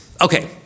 okay